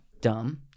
Dumb